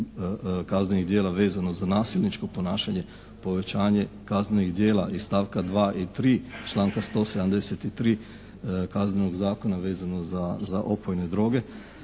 kaznenih djela vezano za nasilničko ponašanje, povećanje kaznenih djela iz stavka 2. i 3. članka 173. Kaznenog zakona vezano za opojne droge,